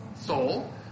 soul